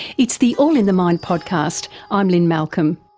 it's the all in the mind podcast, i'm lynne malcolm.